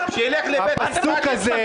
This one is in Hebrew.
שילך לבית המשפט --- הפסוק הזה,